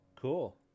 cool